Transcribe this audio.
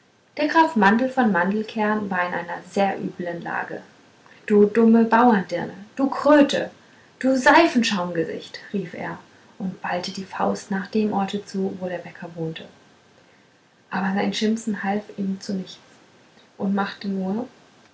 der graf mandel von mandelkern war in einer sehr üblen lage du dumme bauerndirne du kröte du seifenschaumgesicht rief er und ballte die faust nach dem orte zu wo der bäcker wohnte aber sein schimpfen half ihm zu nichts und machte nur